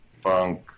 funk